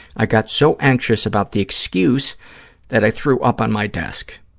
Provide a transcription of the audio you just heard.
i got so anxious about the excuse that i threw up on my desk.